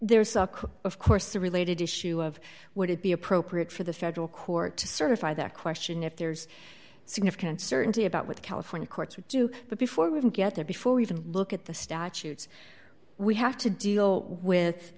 suck of course a related issue of would it be appropriate for the federal court to certify that question if there's significant certainty about what california courts would do but before we even get there before we even look at the statutes we have to deal with